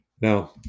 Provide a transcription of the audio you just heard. Now